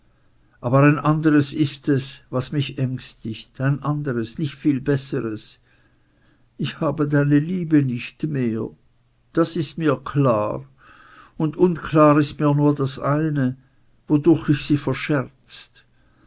aber ein anderes ist es was mich ängstigt nicht viel besseres ich habe deine liebe nicht mehr das ist mir klar und unklar ist mir nur das eine wodurch ich sie verscherzt